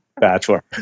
Bachelor